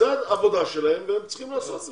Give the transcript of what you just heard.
זאת תהיה העבודה שלהם והם צריכים לעשות אותה.